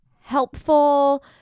helpful